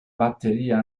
batteria